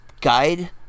guide